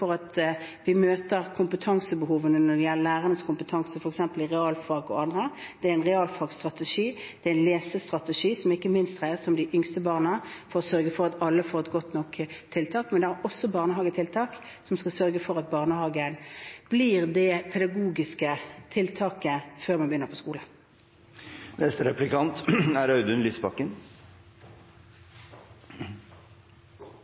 at vi møter behovene når det gjelder lærernes kompetanse, f.eks. i realfag og annet. Det er en realfagsstrategi. Det er en lesestrategi, som ikke minst dreier seg om de yngste barna, for å sørge for at alle får et godt nok tiltak. Men det er også barnehagetiltak, som skal sørge for at barnehagen blir det pedagogiske tiltaket før man begynner på